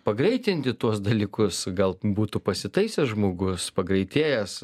pagreitinti tuos dalykus gal būtų pasitaisęs žmogus pagreitėjęs